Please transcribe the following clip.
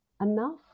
enough